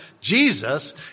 Jesus